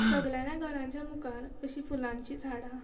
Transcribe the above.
सगल्यांच्या घराच्या मुखार अशी फुलांची झाडां